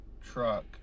truck